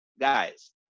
guys